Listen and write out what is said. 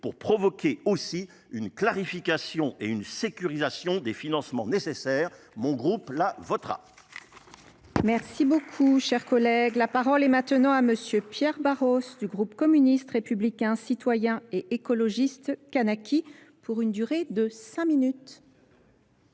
pour provoquer aussi une clarification et une sécurisation des financements nécessaires. mon groupe la votera. Merci beaucoup, chers collègues, la parole est maintenant à M. Pierre Barros, du groupe communiste, républicain, citoyen et écologiste kanakis pour une durée de 5 min.